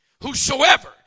whosoever